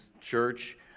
church